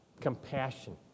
Compassion